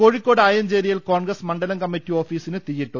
കോഴിക്കോട് ആയഞ്ചേരിയിൽ കോൺഗ്രസ് മണ്ഡലം കമ്മറ്റി ഓഫീസിന് തീയിട്ടു